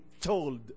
told